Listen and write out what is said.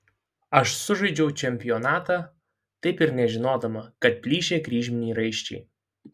aš sužaidžiau čempionatą taip ir nežinodama kad plyšę kryžminiai raiščiai